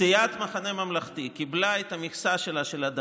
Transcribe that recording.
זו פרוצדורה מקובלת בכנסת בכזה מצב,